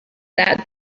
that